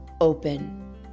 open